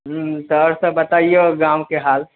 हुँ तऽ आओरसब बतैऔ गामके हाल